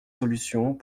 solutions